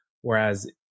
Whereas